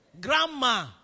grandma